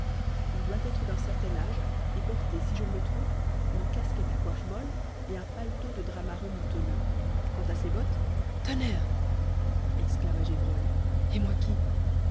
il doit être d'un certain âge et porter si je ne me trompe une casquette à coiffe molle et un paletot de drap marron moutonneux quant à ses bottes tonnerre exclama gévrol et moi qui